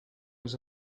was